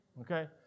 okay